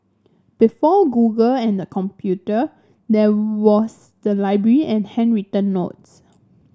before Google and the computer there was the library and handwritten notes